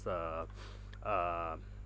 uh uh